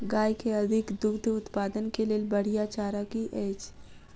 गाय केँ अधिक दुग्ध उत्पादन केँ लेल बढ़िया चारा की अछि?